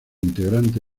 integrante